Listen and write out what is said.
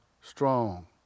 strong